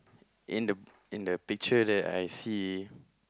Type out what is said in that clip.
in the in the picture that I see